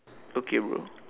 okay bro